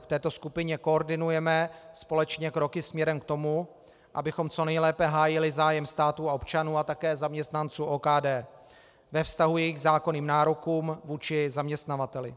V této skupině koordinujeme společně kroky směrem k tomu, abychom co nejlépe hájili zájem státu a občanů a také zaměstnanců OKD ve vztahu k jejich zákonným nárokům vůči zaměstnavateli.